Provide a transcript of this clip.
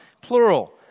plural